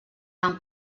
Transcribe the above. amb